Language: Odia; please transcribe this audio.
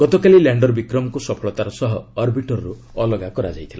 ଗତକାଲି ଲ୍ୟାଣ୍ଡର ବିକ୍ରମକୁ ସଫଳତାର ସହ ଅର୍ବିଟରରୁ ଅଲଗା କରାଯାଇଥିଲା